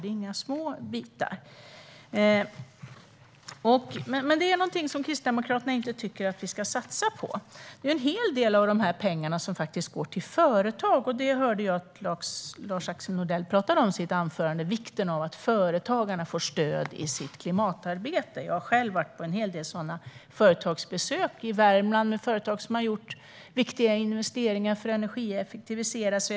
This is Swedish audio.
Det är inga små bitar. Men detta är någonting som Kristdemokraterna inte tycker att vi ska satsa på. Det är en hel del av dessa pengar som går till företag. Jag hörde Lars-Axel Nordell prata i sitt anförande om vikten av att företagarna får stöd i sitt klimatarbete. Jag har själv gjort en hel del besök hos företag i Värmland som har gjort viktiga investeringar för att energieffektivisera.